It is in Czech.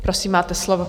Prosím, máte slovo.